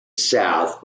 south